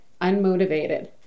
Unmotivated